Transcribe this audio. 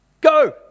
go